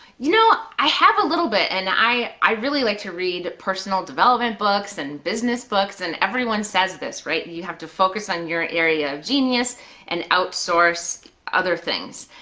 you know, i have a little bit and i i really like to read personal development books and business books, and everyone says this, right? you have to focus on your area of genius and outsource other things.